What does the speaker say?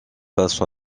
passe